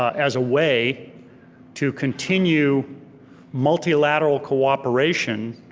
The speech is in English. as a way to continue multilateral cooperation